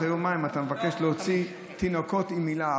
שאחרי יומיים אתה מבקש להוציא תינוקות עם מילה.